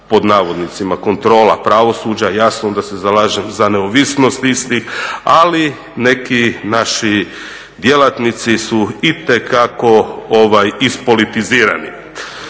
pod navodnicima kontrola pravosuđa, jasno da se zalažem za neovisnost istih, ali neki naši djelatnici su itekako ispolitizirani.